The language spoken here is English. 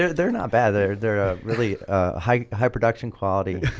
yeah they're not bad, they're they're a really high high production quality.